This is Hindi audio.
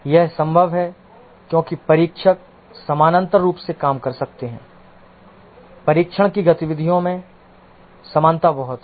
यह संभव है क्योंकि परीक्षक समानांतर रूप से काम कर सकते हैं परीक्षण की गतिविधियों में समानता बहुत है